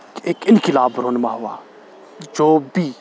ایک انقلاب رونما ہوا جو بھی